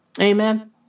Amen